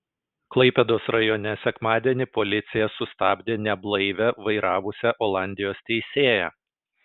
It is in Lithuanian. klaipėdos rajone sekmadienį policija sustabdė neblaivią vairavusią olandijos teisėją